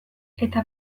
eta